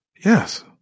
Yes